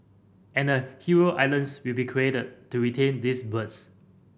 and a heron islands will be created to retain these birds